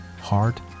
hard